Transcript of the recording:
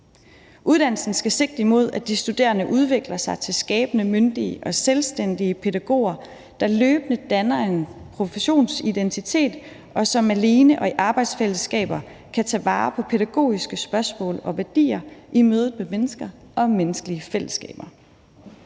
Uddannelsen skal sigte mod, at de studerende udvikler sig til skabende, myndige og selvstændige pædagoger, der løbende danner en professionsidentitet, og som alene og i arbejdsfællesskaber kan tage vare på pædagogiske spørgsmål og værdier i mødet med mennesker og menneskelige fællesskaber.